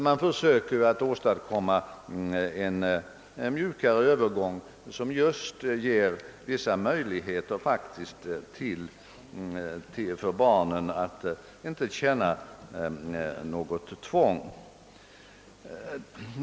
Man försöker i stället åstadkomma en mjukare övergång, som ger barnen möjligheter att inhämta kunskaper men utan att de behöver känna något tvång.